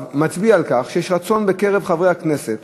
מצביעה על כך שיש רצון בקרב חברי הכנסת